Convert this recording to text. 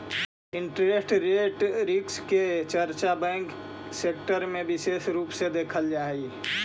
interest rate risk के चर्चा bank sector में विशेष रूप से देखल जा हई